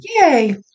Yay